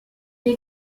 est